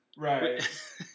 Right